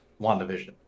WandaVision